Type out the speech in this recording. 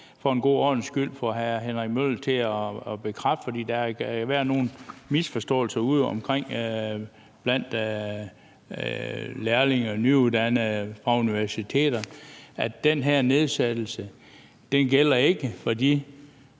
for en god ordens skyld have hr. Henrik Møller til at bekræfte – for der har været nogle misforståelser udeomkring blandt lærlinge og nyuddannede fra universiteterne – at den her nedsættelse ikke gælder for